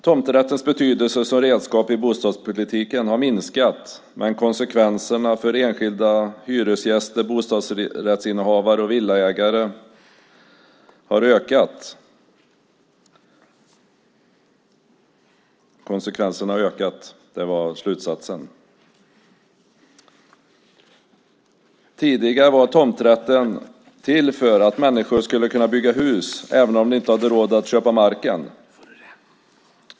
Tomträttens betydelse som redskap i bostadspolitiken har minskat, men konsekvenserna för enskilda hyresgäster, bostadsrättshavare och villaägare har ökat. Tidigare var tomträtten till för att människor skulle kunna bygga hus även om de inte hade råd att köpa marken.